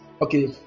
okay